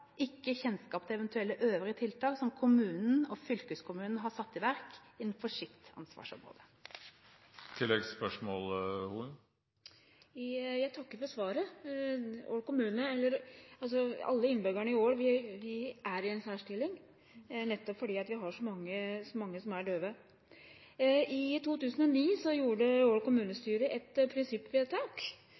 ikke kjennskap til eventuelle øvrige tiltak kommunen og fylkeskommunen har satt i verk innenfor sine ansvarsområder. Jeg takker for svaret. Alle innbyggerne i Ål kommune er i en særstilling, nettopp fordi vi har så mange som er døve. I 2009 gjorde Ål kommunestyre et prinsippvedtak